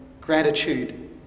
gratitude